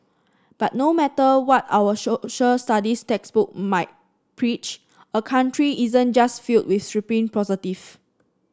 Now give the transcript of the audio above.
but no matter what our Social Studies textbook might preach a country isn't just filled with supreme positive